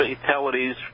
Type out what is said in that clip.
fatalities